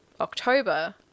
October